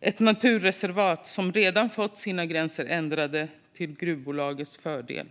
Det är ett naturreservat vars gränser redan har ändrats, till gruvbolagets fördel.